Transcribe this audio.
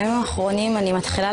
הנושא הזה,